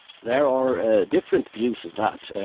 there are different views of that,